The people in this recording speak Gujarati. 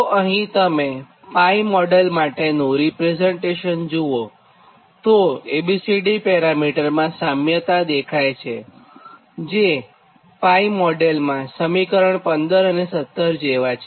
તો અહીં તમે 𝜋 મોડેલ માટેનું રીપ્રેઝન્ટેશન જુઓ તો A B C D પેરામિટરમાં સામ્યતા દેખાય છેજે 𝜋 મોડેલનાં સમીકરણ 15 અને 17 જેવા છે